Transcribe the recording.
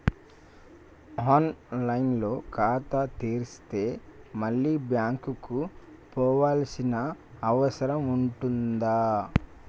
On line లో ఖాతా తెరిస్తే మళ్ళీ బ్యాంకుకు పోవాల్సిన అవసరం ఉంటుందా?